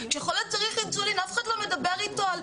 כשחולה צריך אינסולין אף אחד לא מדבר איתו על: